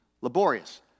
Laborious